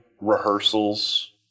rehearsals